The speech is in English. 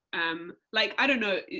um like i don't know,